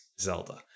zelda